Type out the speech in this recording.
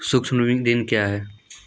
सुक्ष्म ऋण क्या हैं?